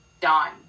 done